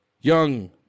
Young